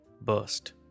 burst